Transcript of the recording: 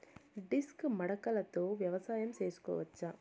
Disc మడకలతో వ్యవసాయం చేసుకోవచ్చా??